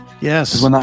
Yes